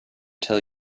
tell